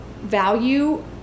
value